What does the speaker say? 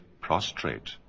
prostrate